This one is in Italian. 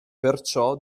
perciò